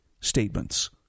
statements